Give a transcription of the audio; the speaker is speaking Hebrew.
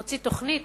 הוציא תוכנית